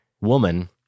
woman